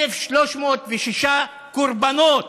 1,306 קורבנות.